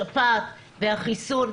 השפעת והחיסון,